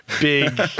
big